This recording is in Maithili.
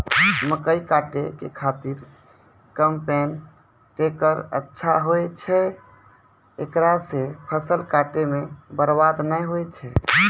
मकई काटै के खातिर कम्पेन टेकटर अच्छा होय छै ऐकरा से फसल काटै मे बरवाद नैय होय छै?